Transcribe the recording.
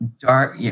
dark